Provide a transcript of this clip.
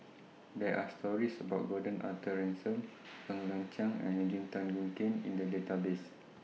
There Are stories about Gordon Arthur Ransome Ng Ng Chiang and Eugene Tan Boon Kheng in The Database